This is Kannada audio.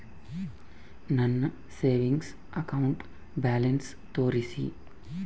ನನ್ನ ಸೇವಿಂಗ್ಸ್ ಅಕೌಂಟ್ ಬ್ಯಾಲೆನ್ಸ್ ತೋರಿಸಿ?